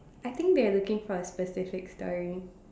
I think they are looking for a specific story